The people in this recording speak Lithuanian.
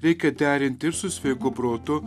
reikia derinti ir su sveiku protu